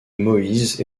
moïse